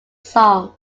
song